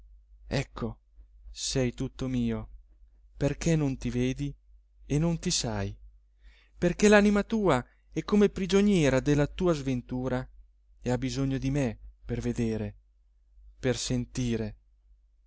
ecco sei tutto mio perché non ti vedi e non ti sai perché l'anima tua è come prigioniera della tua sventura e ha bisogno di me per vedere per sentire